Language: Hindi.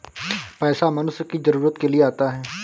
पैसा मनुष्य की जरूरत के लिए आता है